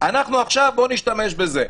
עכשיו בואו נשתמש בזה.